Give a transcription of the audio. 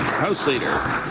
house leader.